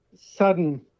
sudden